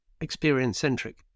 experience-centric